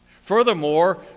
Furthermore